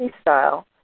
style